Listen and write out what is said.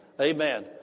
Amen